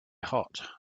hot